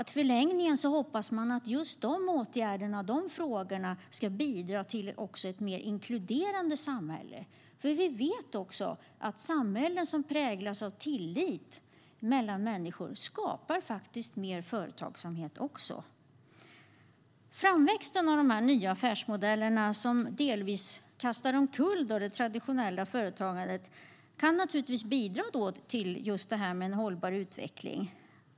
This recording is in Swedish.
I förlängningen hoppas man givetvis att just de åtgärderna och de frågorna ska bidra till ett mer inkluderande samhälle, för vi vet att samhällen som präglas av tillit mellan människor också skapar mer företagsamhet. Framväxten av de här nya affärsmodellerna, som delvis kastar omkull det traditionella företagandet, kan naturligtvis bidra till en hållbar utveckling.